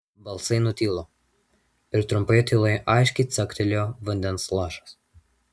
balsai nutilo ir trumpoje tyloje aiškiai caktelėjo vandens lašas